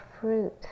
fruit